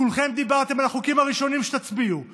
כולכם דיברתם על החוקים הראשונים שתצביעו עליהם,